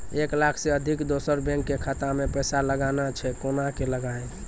एक लाख से अधिक दोसर बैंक के खाता मे पैसा लगाना छै कोना के लगाए?